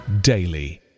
daily